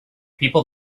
people